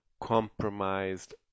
compromised